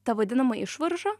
ta vadinama išvarža